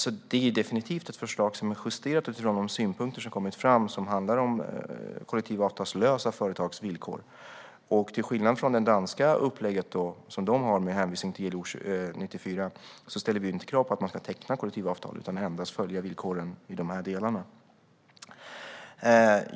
Det är alltså definitivt ett förslag som är justerat utifrån de synpunkter som har kommit fram och som handlar om kollektivavtalslösa företags villkor. Till skillnad från det danska upplägget, med hänvisning till ILO 94, ställer vi inget krav på att man ska teckna kollektivavtal, utan man ska endast följa villkoren i de här delarna.